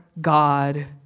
God